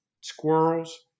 squirrels